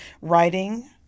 writing